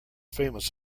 famous